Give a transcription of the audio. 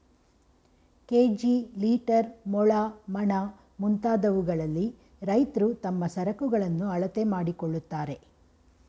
KG, litre, ಮೊಳ, ಮಣ, ಮುಂತಾದವುಗಳಲ್ಲಿ ರೈತ್ರು ತಮ್ಮ ಸರಕುಗಳನ್ನು ಅಳತೆ ಮಾಡಿಕೊಳ್ಳುತ್ತಾರೆ